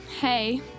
hey